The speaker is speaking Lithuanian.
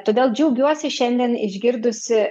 todėl džiaugiuosi šiandien išgirdusi